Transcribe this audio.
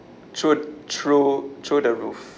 shoot through through the roof